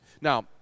Now